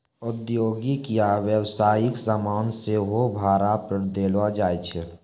औद्योगिक या व्यवसायिक समान सेहो भाड़ा पे देलो जाय छै